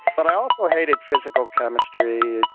but i also hated physical chemistry,